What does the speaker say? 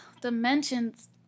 dimensions